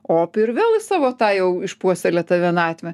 op ir vėl į savo tą jau išpuoselėtą vienatvę